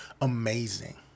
amazing